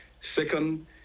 Second